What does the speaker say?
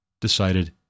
decided